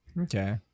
okay